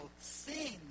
sing